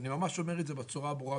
אני ממש אומר את זה בצורה הברורה ביותר.